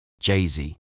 Jay-Z